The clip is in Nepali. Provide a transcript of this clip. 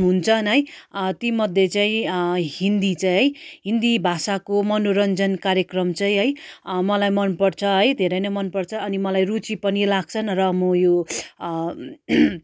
हुन्छन् है ती मध्ये चाहिँ हिन्दी चाहिँ हिन्दी भाषाको मनोरञ्जन कार्यक्रम चाहिँ है मलाई मन पर्छ है धेरै नै मन पर्छ अनि मलाई रुचि पनि लाग्छ र यो म